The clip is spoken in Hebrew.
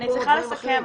אני צריכה לסכם,